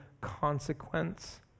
consequence